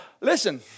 Listen